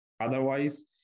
Otherwise